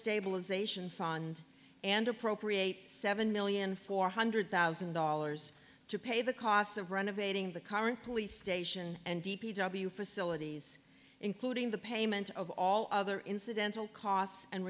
stabilization fund and appropriate seven million four hundred thousand dollars to pay the costs of renovating the current police station and d p w facilities including the payment of all other incidental costs and